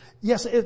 yes